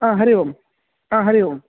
आ हरि ओम् आ हरि ओम्